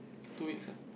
two weeks ah